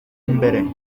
mbere